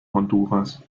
honduras